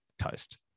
toast